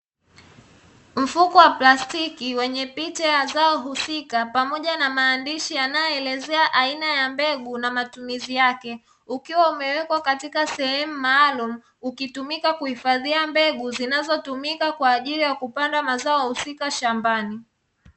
Mfuko wa plastiki wenye picha ya zao husika pamoja na maandishi yanayoelezea aina ya mbegu na matumizi yake, ukiwa umewekwa katika sehemu maalum ukitumika kuhifadhia mbegu zinazotumika kwa ajili ya kupanda mazao husika shambani.